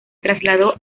trasladó